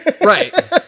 Right